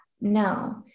No